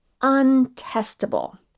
untestable